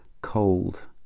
cold